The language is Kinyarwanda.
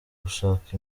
gushaka